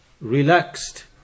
relaxed